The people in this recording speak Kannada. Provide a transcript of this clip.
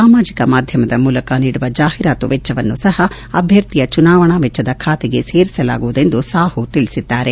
ಸಾಮಾಜಿಕ ಮಾಧ್ಯಮದ ಮೂಲಕ ನೀಡುವ ಜಾಹೀರಾತು ವೆಚ್ಚವನ್ನು ಸಹ ಅಭ್ಯರ್ಥಿಯ ಚುನಾವಣಾ ವೆಚ್ಚದ ಖಾತೆಗೆ ಸೇರಿಸಲಾಗುವುದು ಎಂದು ಸಾಹು ತಿಳಿಸಿದ್ದಾರೆ